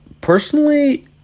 personally